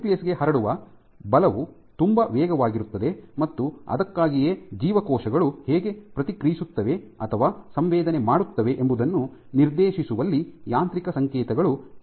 nucleus ಗೆ ಹರಡುವ ಬಲವು ತುಂಬಾ ವೇಗವಾಗಿರುತ್ತದೆ ಮತ್ತು ಅದಕ್ಕಾಗಿಯೇ ಜೀವಕೋಶಗಳು ಹೇಗೆ ಪ್ರತಿಕ್ರಿಯಿಸುತ್ತವೆ ಅಥವಾ ಸಂವೇದನೆ ಮಾಡುತ್ತವೆ ಎಂಬುದನ್ನು ನಿರ್ದೇಶಿಸುವಲ್ಲಿ ಯಾಂತ್ರಿಕ ಸಂಕೇತಗಳು ತೀವ್ರ ಪರಿಣಾಮವನ್ನು ಬೀರುತ್ತವೆ